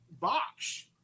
box